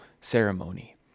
ceremony